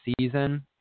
season